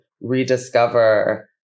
rediscover